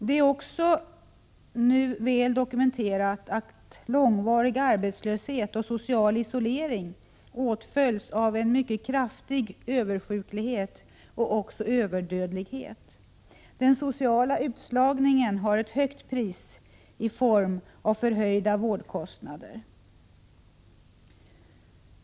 Det är nu också väl dokumenterat att långvarig arbetslöshet och social isolering åtföljs av en mycket kraftig översjuklighet och överdödlighet. Den sociala utslagningen har ett högt pris i form av förhöjda vårdkostnader.